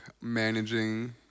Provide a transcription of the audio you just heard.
managing